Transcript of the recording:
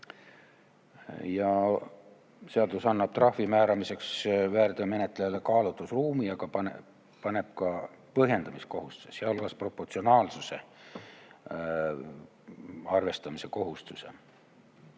Ja seadus annab trahvi määramiseks väärteo menetlejale kaalutlusruumi, aga paneb ka põhjendamiskohustuse, sealhulgas proportsionaalsuse arvestamise kohustuse.